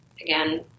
again